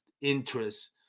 interest